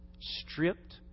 Stripped